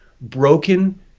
broken